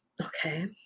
Okay